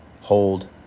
hold